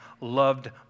loved